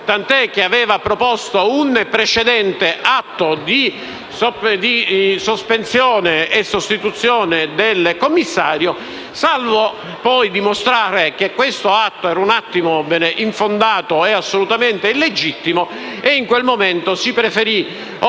tanto che aveva proposto un precedente atto di sospensione e sostituzione del commissario, salvo poi dimostrarsi che tale atto era infondato e assolutamente illegittimo. In quel momento si preferì buttare